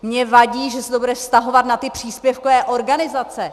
Mně vadí, že se to bude vztahovat na ty příspěvkové organizace.